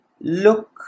look